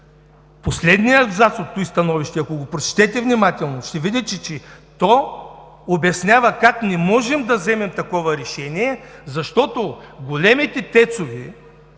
Последният абзац от това становище, ако го прочетете внимателно, ще видите, че то обяснява как не можем да вземем такова решение, защото големите ТЕЦ-ове